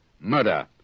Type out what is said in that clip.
murder